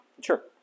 sure